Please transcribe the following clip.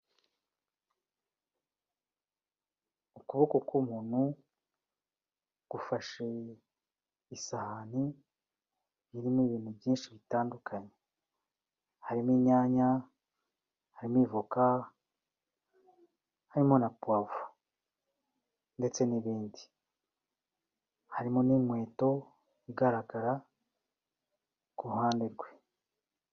Ukuboko k'umuntu gufashe isahani irimo ibintu byinshi bitandukanye, harimo inyanya, harimo ivoka, harimo na puwavuro ndetse n'ibindi, harimo n'inkweto igaragara ku ruhande rwe.